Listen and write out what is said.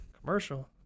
Commercial